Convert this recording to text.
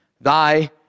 thy